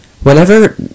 Whenever